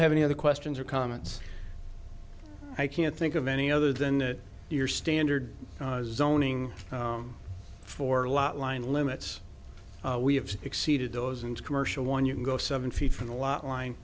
have any other questions or comments i can't think of any other than that you're standard zoning for a lot line limits we have exceeded those and commercial one you can go seven feet from the lot line